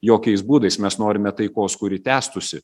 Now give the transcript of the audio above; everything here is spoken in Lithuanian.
jokiais būdais mes norime taikos kuri tęstųsi